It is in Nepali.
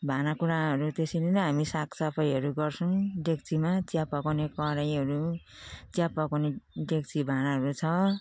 भाँडाकुँडाहरू त्यसरी नै हामी साफसफाईहरू गर्छौँ डेक्चीमा चिया पकाउने कराहीहरू चिया पकाउने डेक्ची भाँडाहरू छ